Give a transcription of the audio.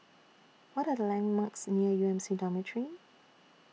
What Are The landmarks near U M C Dormitory